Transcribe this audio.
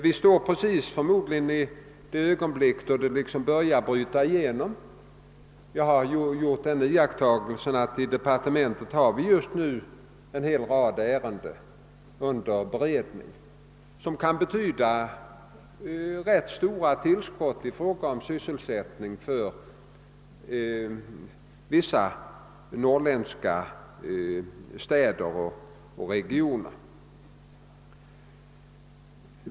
Vi befinner oss förmodligen just i det ögonblick då det liksom börjar bryta igenom. Jag har gjort den iakttagelsen att vi i departementet nu har under beredning en rad ärenden som kan betyda rätt stora tillskott i fråga om sysselsättning för vissa norrländska städer och regioner.